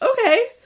okay